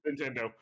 Nintendo